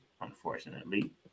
unfortunately